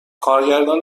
کارگردان